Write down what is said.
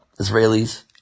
Israelis